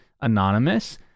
Anonymous